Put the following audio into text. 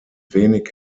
wenig